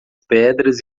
pedras